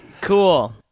Cool